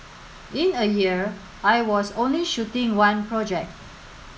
in a year I was only shooting one project